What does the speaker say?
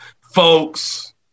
Folks